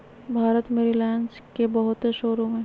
भारत में रिलाएंस के बहुते शोरूम हई